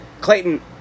Clayton